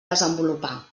desenvolupar